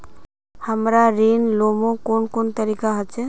हमरा ऋण लुमू कुन कुन तरीका होचे?